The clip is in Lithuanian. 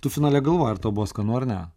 tu finale galvoji ar tau buvo skanu ar ne